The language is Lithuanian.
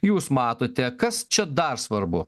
jūs matote kas čia dar svarbu